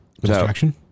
distraction